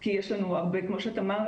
כי יש לנו הרבה כמו שאמרתם,